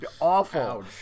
awful